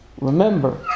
remember